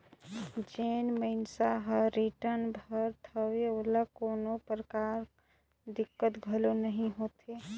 जेन मइनसे हर रिटर्न भरत हवे ओला कोनो परकार दिक्कत घलो नइ होवे